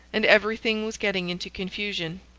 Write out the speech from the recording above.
and every thing was getting into confusion.